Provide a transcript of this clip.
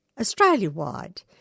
Australia-wide